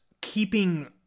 keeping